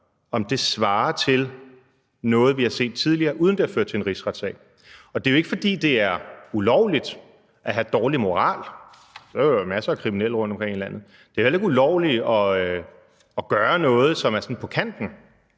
imod, svarer til noget, vi har set tidligere, uden at det har ført til en rigsretssag. Det er jo ikke, fordi det er ulovligt at have dårlig moral. Så ville der være masser af kriminelle rundtomkring i landet. Det er heller ikke ulovligt at gøre noget, som er sådan på kanten.